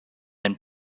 and